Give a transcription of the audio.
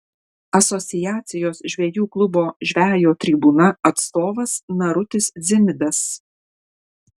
asociacijos žvejų klubo žvejo tribūna atstovas narutis dzimidas